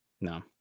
No